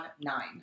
nine